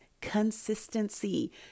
consistency